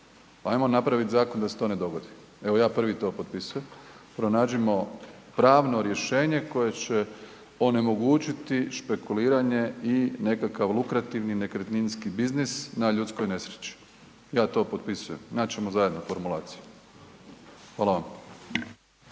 hajmo napraviti zakon da se to ne dogodi. Evo, ja prvi to potpisujem. Pronađimo pravno rješenje koje će onemogućiti špekuliranje i nekakav lukrativni nekretninski biznis na ljudskoj nesreći. Ja to potpisujem, naći ćemo zajedno formulaciju. Hvala vam.